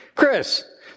Chris